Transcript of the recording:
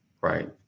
right